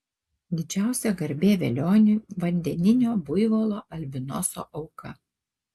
didžiausia garbė velioniui vandeninio buivolo albinoso auka